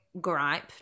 gripe